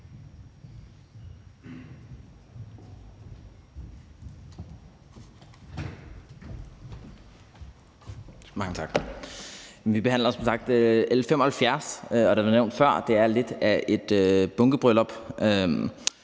Vi behandler som sagt L 75, og det er blevet nævnt før, at det er lidt af et bunkebryllup.